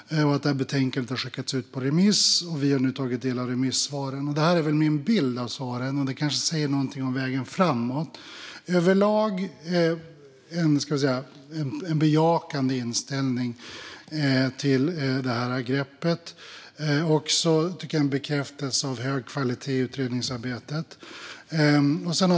Betänkandet har skickats ut på remiss, och vi har nu tagit del av remissvaren. Det här är väl min bild av svaren, och det kanske säger något om vägen framåt. Överlag finns det en bejakande inställning till det här greppet. Jag tycker också att det kan bekräftas att det är hög kvalitet på utredningsarbetet.